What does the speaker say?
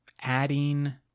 adding